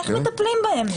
איך מטפלים בהם?